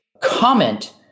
comment